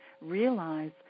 realize